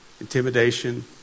Intimidation